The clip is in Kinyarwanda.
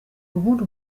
ubundi